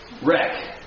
wreck